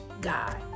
God